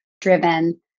driven